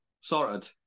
Sorted